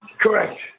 Correct